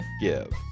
give